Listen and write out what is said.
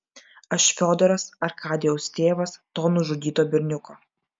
aš fiodoras arkadijaus tėvas to nužudyto berniuko